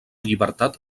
llibertat